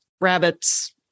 rabbits